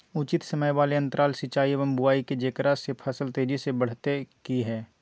उचित समय वाले अंतराल सिंचाई एवं बुआई के जेकरा से फसल तेजी से बढ़तै कि हेय?